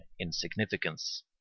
insignificance